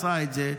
הוא עשה את זה.